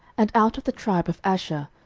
and out of the tribe of asher,